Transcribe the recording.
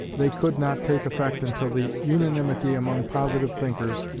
they could not take effect until the unanimity among positive thinkers,